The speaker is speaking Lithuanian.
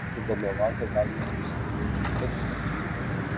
įdomią vazą galima pasigaminti ir patiems